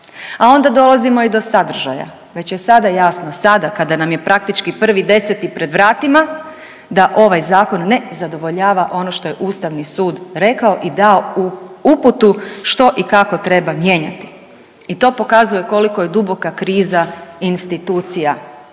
A onda dolazimo i do sadržaja, već je sada jasno, sada kada nam je praktički 1.10. pred vratima, da ovaj zakon ne zadovoljava ono što je ustavni sud rekao i dao uputu što i kako treba mijenjati i to pokazuje koliko je duboka kriza institucija.